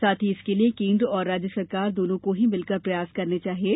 साथ ही इसके लिये केन्द्र और राज्य सरकार दोनों को ही मिलकर प्रयास करना चाहिये